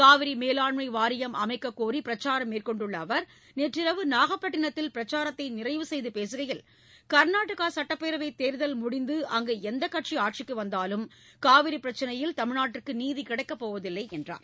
காவிரி மேலாண்மை வாரியம் அமைக்கக் கோரி பிரச்சாரம் மேற்கொண்டுள்ள அவர் நேற்றிரவு நாகப்பட்டினத்தில் பிரச்சாரத்தை நிறைவு செய்து பேசுகையில் கர்நாடகா சட்டப்பேரவைத் தேர்தல் முடிந்து அங்கு எந்தக் கட்சி ஆட்சிக்கு வந்தாலும் காவிரி பிரச்னையில் தமிழ்நாட்டுக்கு நீதி கிடைக்கப் போவதில்லை என்றார்